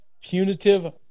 punitive